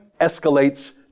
escalates